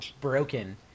broken